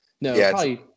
No